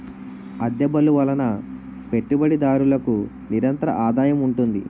అద్దె బళ్ళు వలన పెట్టుబడిదారులకు నిరంతరాదాయం ఉంటుంది